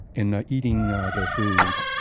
in ah eating their food,